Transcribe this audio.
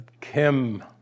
Kim